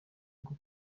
bwo